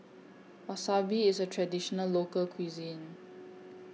Wasabi IS A Traditional Local Cuisine